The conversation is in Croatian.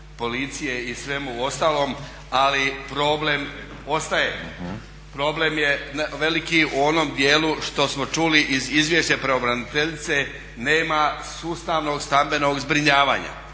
policije i svemu ostalom ali problem ostaje, problem je veliki u onom djelu što smo čuli iz izvješća pravobraniteljice nema sustavnog stambenog zbrinjavanja,